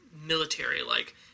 military-like